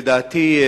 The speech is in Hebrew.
לדעתי,